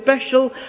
special